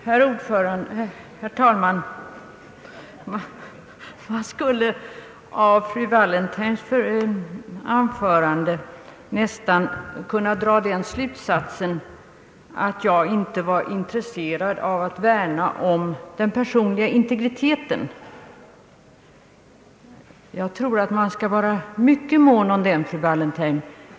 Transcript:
Herr talman! Man skulle av fru Wallentheims anförande nästan kunna dra den slutsatsen, att jag inte är intresserad av att värna om den personliga integriteten. Jag tror att man skall vara mycket mån om den, fru Wallentheim!